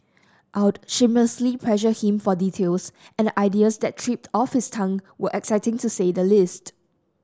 I'll shamelessly pressed him for details and the ideas that tripped off his tongue were exciting to say the least